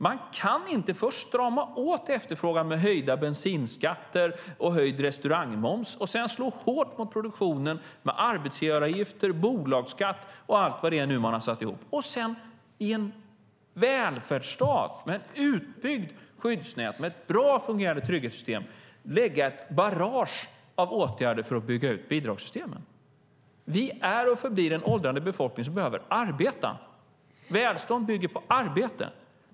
Man kan inte först strama åt efterfrågan med höjda bensinskatter och höjd restaurangmoms och sedan slå hårt mot produktionen med arbetsgivaravgifter, bolagsskatt och allt vad det är man har satt ihop för att sedan i en välfärdsstat med ett utbyggt skyddsnät, med ett bra fungerande trygghetssystem lägga fram ett barrage av åtgärder för att bygga ut bidragssystemen. Vi är och förblir en åldrande befolkning som behöver arbeta. Välstånd bygger på arbete.